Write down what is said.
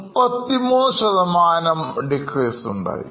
33decrease ഉണ്ടായി